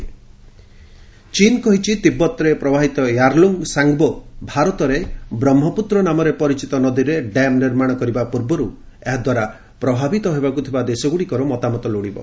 MEA ଚୀନ୍ କହିଛି ତିବତ୍ରେ ପ୍ରବାହିତ ୟାର୍ଲୁଙ୍ଗ୍ ସାଙ୍ଗ୍ବୋ ଭାରତରେ ବ୍ରହ୍ମପୁତ୍ର ନାମରେ ପରିଚିତ ନଦୀରେ ଡ୍ୟାମ୍ ନିର୍ମାଣ କରିବା ପୂର୍ବରୁ ଏହାଦ୍ୱାରା ପ୍ରଭାବିତ ହେବାକୁ ଥିବା ଦେଶଗୁଡ଼ିକର ମତାମତ ଲୋଡ଼ିବ